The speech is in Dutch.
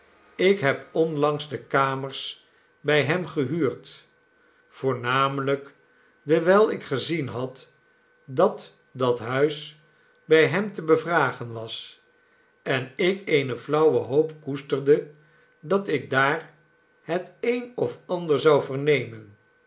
ik heb onlangs de kamers bij hem gehuurd voornamelijk dewijl ik gezien had dat dat huis bij hem te bevragen was en ik eene flauwe hoop koesterde dat ik daar het een of ander zou vernemen